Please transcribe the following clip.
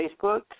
Facebook